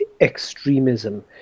extremism